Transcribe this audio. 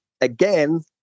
again